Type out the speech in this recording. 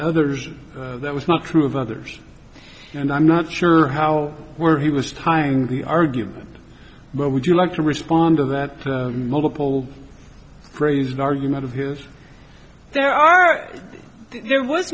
others that was not true of others and i'm not sure how were he was tying the argument but would you like to respond to that to multiple praised argument of his there are there was